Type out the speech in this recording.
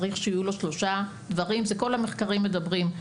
צריך שיהיו לו שלושה דברים וזה כל המחקרים מדברים: